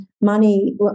money